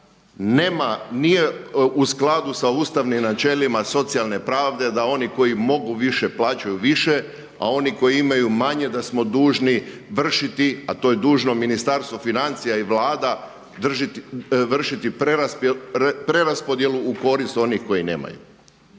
nije u skladu sa ustavnim načelima socijalne pravde da oni koji mogu više plaćaju više, a oni koji imaju manje da smo dužni vršiti a to je dužno Ministarstvo financija i Vlada vršiti preraspodjelu u korist onih koji nemaju.